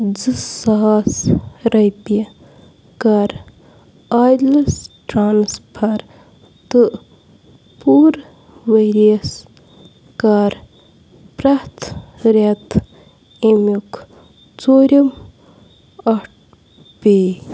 زٕ ساس رۄپیہِ کَر عادِلس ٹرٛانٕسفر تہٕ پوٗرٕ ؤرۍ یَس کَر پرٛتھ رٮ۪تھ اَمیُک ژوٗرِم ٲٹھ پیٚے